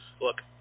look